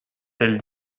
telle